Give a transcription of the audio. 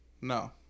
No